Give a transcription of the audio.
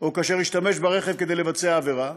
או כאשר השתמש ברכב כדי לבצע עבירה,